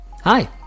Hi